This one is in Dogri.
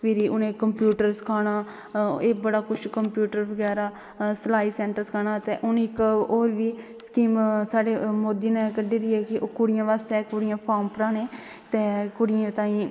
फिरी उनेंगी कम्पयूटर सिखाना ऐ बड़ा कुछ कमप्यूटर बगैरा सलाई सैंटर सिखाना ते हून इक होर बी स्कीम साढ़े मोदी ने कड्ढी दी ऐ कि कुड़ियां बास्तै कुड़ियें दे फार्म भराने ते कुड़ियें तांई